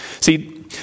See